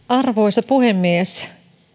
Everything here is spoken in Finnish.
arvoisa puhemies